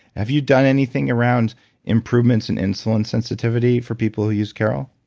have you done anything around improvements and insulin sensitivity for people who use car o l?